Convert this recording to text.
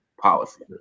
policy